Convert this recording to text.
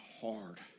hard